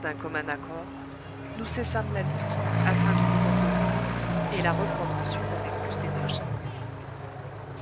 d'un commun accord nous cessâmes la lutte afin de nous reposer et la reprendre ensuite avec plus d'énergie